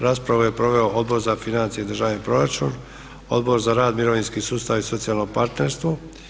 Raspravu je proveo Odbor za financije i državni proračun, Odbor za rad, mirovinski sustav i socijalno partnerstvo.